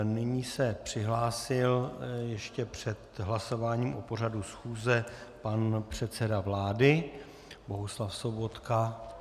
Nyní se přihlásil ještě před hlasováním o pořadu schůze pan předseda vlády Bohuslav Sobotka.